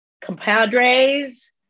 compadres